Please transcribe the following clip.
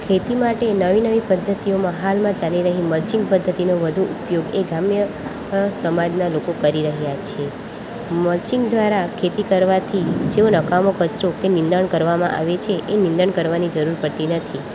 ખેતી માટે નવી નવી પદ્ધતિઓમાં હાલમાં ચાલી રહી મર્ચિન્ગ પદ્ધતિનો વધુ ઉપયોગ એ ગ્રામ્ય સમાજના લોકો કરી રહ્યાં છે મર્ચિન્ગ દ્વારા ખેતી કરવાથી જે નકામો કચરોનું તે નિંદણ કરવામાં આવે છે એ નિંદણ કરવાની જરૂર પડતી નથી